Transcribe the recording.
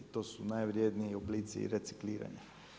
I to su najvrjedniji oblici recikliranja.